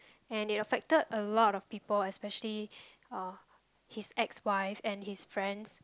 and it affected a lot of people especially uh his ex wife and his friends